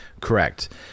Correct